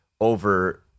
over